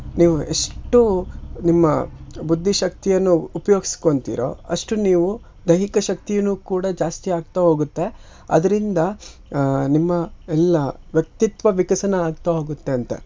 ನೀವು ಎಷ್ಟು ನಿಮ್ಮ ಬುದ್ಧಿಶಕ್ತಿಯನ್ನು ಉಪ್ಯೋಗ್ಸ್ಕೊತಿರೋ ಅಷ್ಟು ನೀವು ದೈಹಿಕ ಶಕ್ತಿನೂ ಕೂಡ ಜಾಸ್ತಿ ಆಗ್ತಾ ಹೋಗುತ್ತೆ ಅದರಿಂದ ನಿಮ್ಮ ಎಲ್ಲ ವ್ಯಕ್ತಿತ್ವ ವಿಕಸನ ಆಗ್ತಾ ಹೋಗುತ್ತೆ ಅಂತೆ